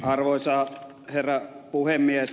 arvoisa herra puhemies